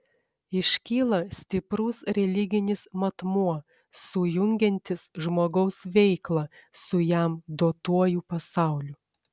iškyla stiprus religinis matmuo sujungiantis žmogaus veiklą su jam duotuoju pasauliu